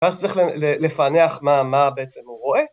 ‫ואז צריך לפענח מה בעצם הוא רואה.